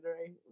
right